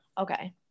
Okay